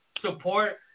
support